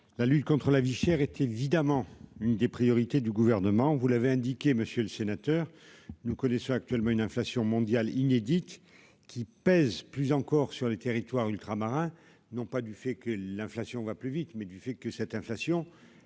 la lutte contre la vie chère est évidemment l'une des priorités du Gouvernement. Comme vous l'avez indiqué, monsieur le sénateur, nous connaissons actuellement une inflation mondiale inédite qui pèse plus encore sur les territoires ultramarins, non pas parce que l'inflation y augmente plus vite, mais parce qu'elle s'exerce